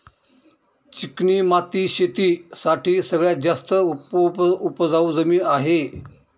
चिकणी माती शेती साठी सगळ्यात जास्त उपजाऊ जमीन आहे